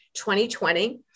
2020